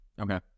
Okay